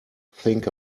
think